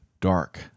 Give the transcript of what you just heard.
dark